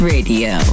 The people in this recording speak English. Radio